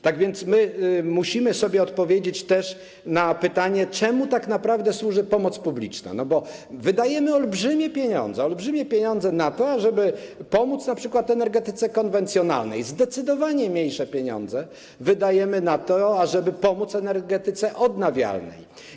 Tak więc musimy też odpowiedzieć sobie na pytanie, czemu tak naprawdę służy pomoc publiczna, bo wydajemy olbrzymie pieniądze na to, ażeby pomóc np. energetyce konwencjonalnej, a zdecydowanie mniejsze pieniądze wydajemy na to, ażeby pomóc energetyce odnawialnej.